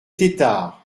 tétart